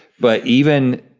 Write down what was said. but even,